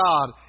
God